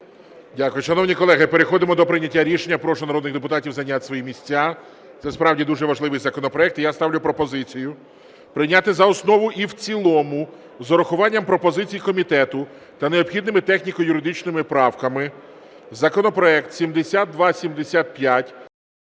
Дякую. Шановні колеги, переходимо до прийняття рішення. Прошу народних депутатів зайняти свої місця. Це справді дуже важливий законопроект. І я ставлю пропозицію прийняти за основу і в цілому з урахуванням пропозицій комітету та необхідними техніко-юридичними правками законопроект 7275.